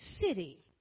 city